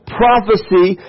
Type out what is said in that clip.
prophecy